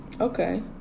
okay